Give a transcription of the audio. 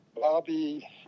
Bobby